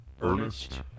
Ernest